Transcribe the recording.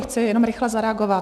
Chci jen rychle zareagovat.